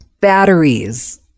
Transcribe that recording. batteries